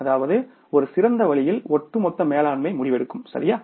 அதாவது ஒரு சிறந்த வழியில் ஒட்டுமொத்த மேலாண்மை முடிவெடுக்கும் சரியா